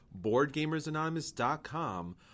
BoardGamersAnonymous.com